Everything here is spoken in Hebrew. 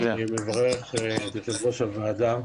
מברך את יושב ראש הוועדה.